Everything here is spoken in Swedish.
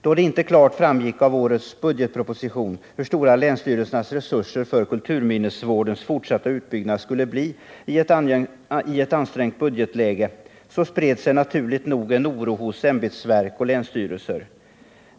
Då det inte klart framgick av årets budgetproposition hur stora länsstyrelsernas resurser för kulturminnesvårdens fortsatta utbyggnad skulle bli i ett ansträngt budgetläge, spred sig naturligt nog en oro hos ämbetsverk och länsstyrelser.